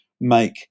make